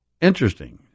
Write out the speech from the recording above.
Interesting